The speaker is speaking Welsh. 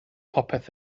popeth